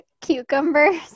cucumbers